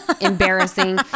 Embarrassing